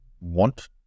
want